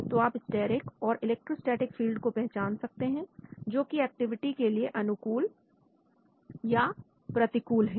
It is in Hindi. तो आप स्टेरिक और इलेक्ट्रोस्टेटिक फील्ड को पहचान सकते हैं जो की एक्टिविटी के लिए अनुकूल या प्रतिकूल है